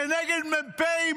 כנגד מ"פים,